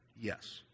Yes